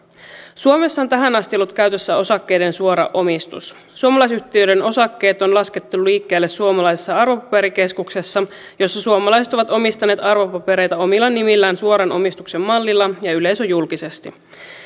suomessa on tähän asti ollut käytössä osakkeiden suora omistus suomalaisyhtiöiden osakkeet on laskettu liikkeelle suomalaisessa arvopaperikeskuksessa jossa suomalaiset ovat omistaneet arvopapereita omilla nimillään suoran omistuksen mallilla ja yleisöjulkisesti